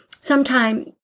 sometime